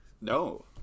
No